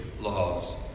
laws